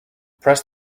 press